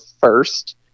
first